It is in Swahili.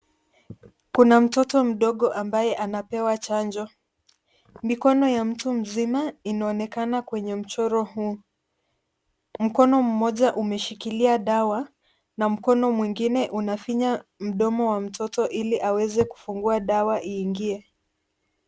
Kuna mtoto mdogo ambaye anapewa chanjo. Mikono ya mtu mzima inaonekana kwenye mchoro huu. Mkono mmoja umeshikilia dawa, na mkono mwingine unafinya mdomo wa mtoto ili aweze kufungua dawa iingie.